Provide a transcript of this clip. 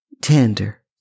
tender